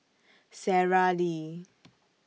Sara Lee